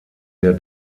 der